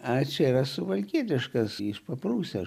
a čia yra suvalkietiškas iš paprūsės